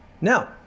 now